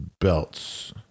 belts